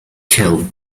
kill